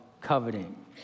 coveting